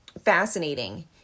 fascinating